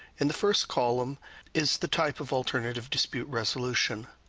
in the first column is the type of alternative dispute resolution.